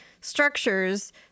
structures